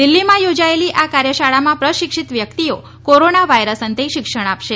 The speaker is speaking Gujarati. દિલ્હીમાં યોજાયેલી આ કાર્યશાળામાં પ્રશિક્ષિત વ્યક્તિઓ કોરોના વાયરસ અંતે શિક્ષણ આપશે